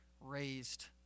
raised